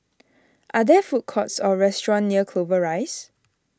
are there food courts or restaurants near Clover Rise